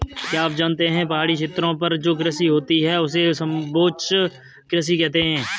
क्या आप जानते है पहाड़ी क्षेत्रों पर जो कृषि होती है उसे समोच्च कृषि कहते है?